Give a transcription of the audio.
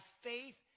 faith